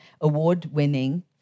award-winning